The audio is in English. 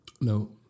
No